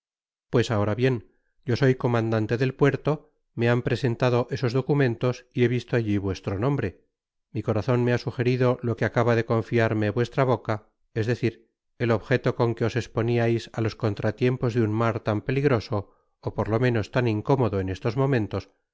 pues ahora bien yo soy comandante del puerto me han presentado esos documentos y he visto alli vuestro nombre mi corazon me ha sujerido lo que acaba de confiarme vuestra boca es decir el objeto con que os esponiais á los contratiempos de un mar tan peligroso ó por lo menas tan incómodo en estos momentos y